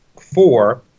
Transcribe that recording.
four